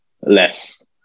less